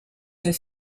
her